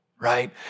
right